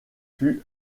fut